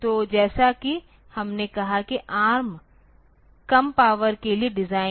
तो जैसा कि हमने कहा कि ARM कम पावर के लिए डिज़ाइन हैं